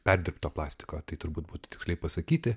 perdirbto plastiko tai turbūt būtų tiksliai pasakyti